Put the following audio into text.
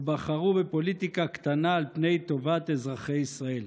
ובחרו בפוליטיקה קטנה על פני טובת אזרחי ישראל.